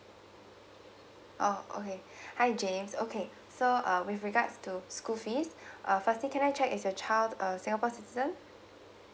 oh okay hi james okay so uh with regards to school fees uh firstly can I check is your child uh singapore citizen